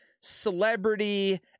celebrity